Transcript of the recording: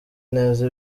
neza